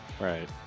Right